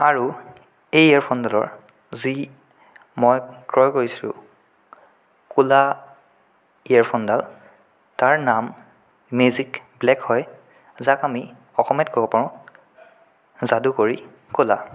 আৰু এই ইয়েৰফোনডালৰ যি মই ক্ৰয় কৰিছোঁ ক'লা ইয়েৰফোনডাল তাৰ নাম মেজিক ব্লেক হয় যাক আমি অসমীয়াত ক'ব পাৰো যাদুকৰী ক'লা